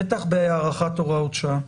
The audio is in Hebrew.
בטח בהארכת הוראות שעה.